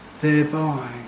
thereby